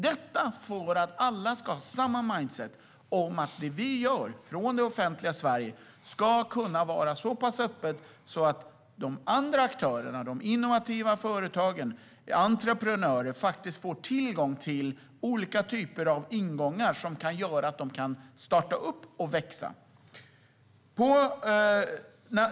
Detta sker för att alla ska ha samma "mindset" om att det som vi från det offentliga Sverige gör ska kunna vara så pass öppet att de andra aktörerna, såsom innovativa företag och entreprenörer, får tillgång till olika typer av ingångar som kan göra att de kan starta och växa.